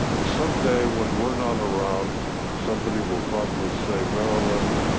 someday when we're not around, somebody will probably say marilyn